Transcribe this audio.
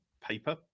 paper